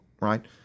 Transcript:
right